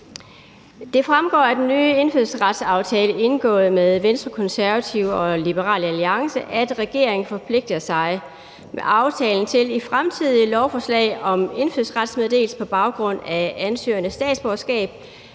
Det fremgår af den nye indfødsretsaftale indgået med Venstre, Konservative og Liberal Alliance, at: »Regeringen forpligter sig med aftalen til i fremtidige lovforslag om indfødsrets meddelelse på baggrund af ansøgernes statsborgerskab